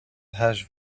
hash